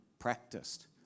Practiced